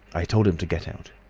i told him to get out.